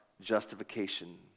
justification